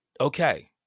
Okay